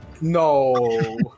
No